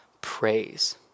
praise